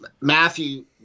Matthew